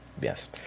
Yes